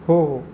हो हो